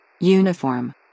Uniform